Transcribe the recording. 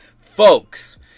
Folks